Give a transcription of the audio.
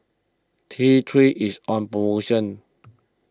T three is on promotion